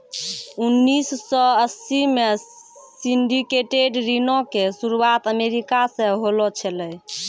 उन्नीस सौ अस्सी मे सिंडिकेटेड ऋणो के शुरुआत अमेरिका से होलो छलै